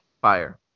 Fire